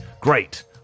Great